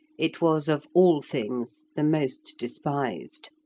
it was of all things the most despised.